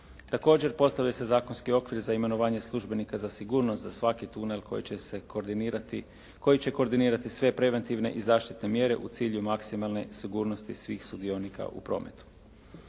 Također postavlja se zakonski okvir za imenovanje službenika za sigurnost za svaki tunel koji će koordinirati sve preventivne i zaštitne mjere u cilju maksimalne sigurnosti svih sudionika u prometu.